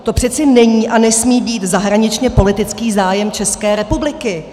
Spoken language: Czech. To přece není a nesmí být zahraničněpolitický zájem České republiky!